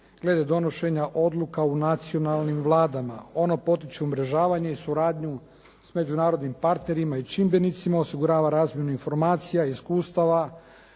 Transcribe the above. glede donošenja odluka u nacionalnim vladama. Ono potiče umrežavanje i suradnju s međunarodnim partnerima i čimbenicima, osigurava razmjenu informacija i iskustava,